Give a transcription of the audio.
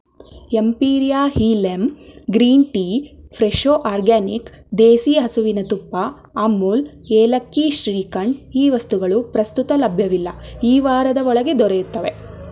Empiria ಹೀ ಲೆಮ್ green tea Fresho organic ದೇಸೀ ಹಸುವಿನ ತುಪ್ಪ ಅಮುಲ್ ಏಲಕ್ಕಿ ಶ್ರೀಖಂಡ್ ಈ ವಸ್ತುಗಳು ಪ್ರಸ್ತುತ ಲಭ್ಯವಿಲ್ಲ ಈ ವಾರದ ಒಳಗೆ ದೊರೆಯುತ್ತವೆ